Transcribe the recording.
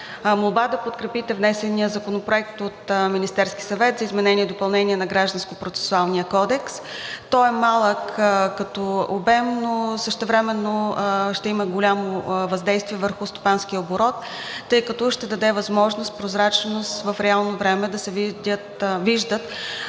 молба да подкрепите внесения законопроект от Министерския съвет за изменение и допълнение на Гражданския процесуален кодекс. Той е малък като обем, но същевременно ще има голямо въздействие върху стопанския оборот, тъй като ще даде възможност и прозрачност в реално време да се виждат